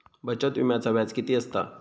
बचत विम्याचा व्याज किती असता?